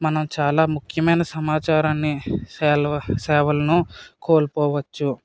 మనం చాలా ముఖ్యమైన సమాచారాన్నిసెల్వ సేవలను కోల్పోవచ్చు